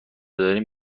دارین